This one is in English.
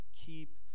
Keep